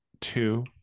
two